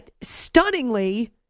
stunningly